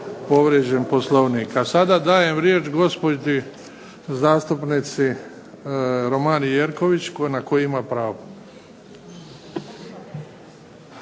povrijeđen Poslovnik. A sada dajem riječ gospođi zastupnici Romani Jerković na koji ima pravo.